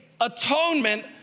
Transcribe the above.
atonement